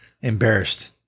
embarrassed